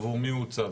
עבור מי הוא הוצא,